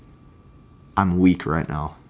i'm weak right now.